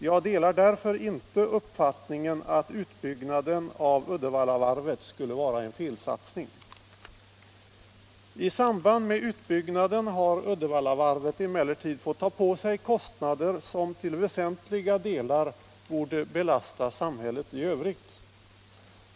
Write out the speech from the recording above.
Jag delar därför inte uppfattningen att utbyggnaden av Uddevallavarvet skulle vara en felsatsning. I samband med utbyggnaden har Uddevallavarvet emellertid fått ta på sig kostnader som till väsentliga delar borde belasta samhället i övrigt.